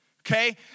Okay